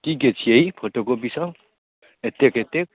ई के छियै ई फोटोकॉपी सब एतेक एतेक